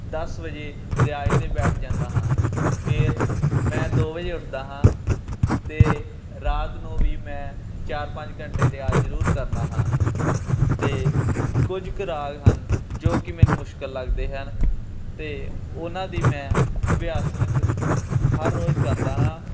ਦਸ ਵਜੇ ਰਿਆਜ਼ 'ਤੇ ਬੈਠ ਜਾਂਦਾ ਹਾਂ ਫਿਰ ਮੈਂ ਦੋ ਵਜੇ ਉੱਠਦਾ ਹਾਂ ਅਤੇ ਰਾਤ ਨੂੰ ਵੀ ਮੈਂ ਚਾਰ ਪੰਜ ਘੰਟੇ ਰਿਆਜ਼ ਜ਼ਰੂਰ ਕਰਦਾ ਹਾਂ ਅਤੇ ਕੁਝ ਕੁ ਰਾਗ ਹਨ ਜੋ ਕਿ ਮੈਨੂੰ ਮੁਸ਼ਕਿਲ ਲੱਗਦੇ ਹਨ ਅਤੇ ਉਹਨਾਂ ਦੀ ਮੈਂ ਅਭਿਆਸਨਕ ਹਰ ਰੋਜ਼ ਕਰਦਾ ਹਨ